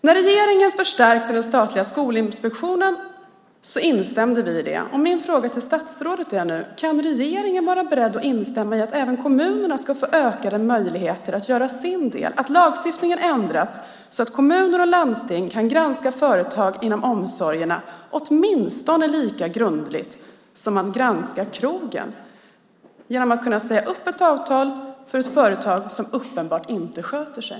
När regeringen förstärkte den statliga skolinspektionen instämde vi i det. Min fråga till statsrådet är nu: Kan regeringen vara beredd att instämma i att även kommunerna ska få ökade möjligheter att göra sin del, att lagstiftningen ändras så att kommuner och landsting kan granska företag inom omsorgerna åtminstone lika grundligt som man granskar krogen? Det handlar om att kunna säga upp ett avtal för ett företag som uppenbart inte sköter sig.